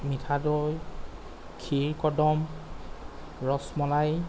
মিঠা দৈ ক্ষীৰকদম ৰসমলাই